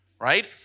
right